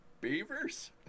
beavers